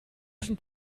sind